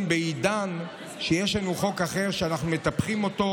בעידן שיש לנו חוק אחר שאנחנו מטפחים אותו,